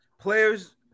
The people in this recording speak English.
Players